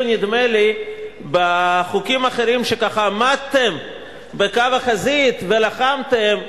נדמה לי שאפילו בחוקים אחרים שככה עמדתם בקו החזית ולחמתם,